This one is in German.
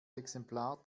exemplar